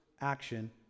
action